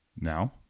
now